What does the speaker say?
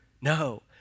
No